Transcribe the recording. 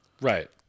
Right